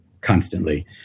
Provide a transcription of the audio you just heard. constantly